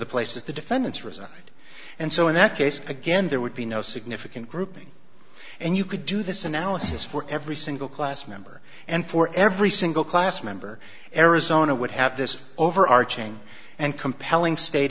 the places the defendants reside and so in that case again there would be no significant grouping and you could do this analysis for every single class member and for every single class member arizona would have this overarching and compelling state